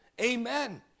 Amen